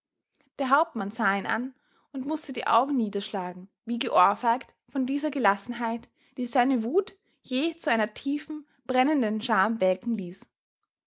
der hauptmann sah ihn an und mußte die augen niederschlagen wie geohrfeigt von dieser gelassenheit die seine wut jäh zu einer tiefen brennenden scham welken ließ